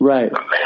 Right